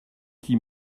qui